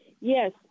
Yes